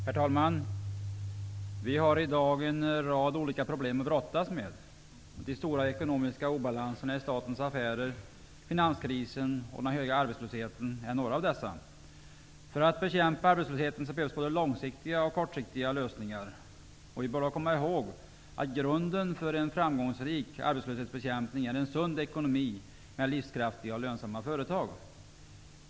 Herr talman! Vi har i dag en rad olika problem att brottas med. De stora ekonomiska obalanserna i statens affärer, finanskrisen och den höga arbetslösheten är några av dessa problem. För att man skall kunna bekämpa arbetslösheten behövs det både långsiktiga och kortsiktiga lösningar. Vi bör då komma ihåg att grunden för en framgångsrik arbetslöshetsbekämpning är en sund ekonomi med livskraftiga och lönsamma företag.